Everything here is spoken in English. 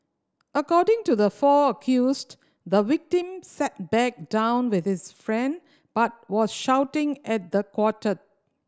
according to the four accused the victim sat back down with his friend but was shouting at the quartet